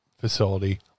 facility